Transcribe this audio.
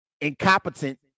incompetent